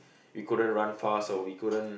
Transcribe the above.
we couldn't run fast or we couldn't